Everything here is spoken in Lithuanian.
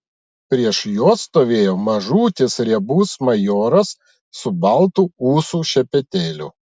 prieš juos stovėjo mažutis riebus majoras su baltu ūsų šepetėliu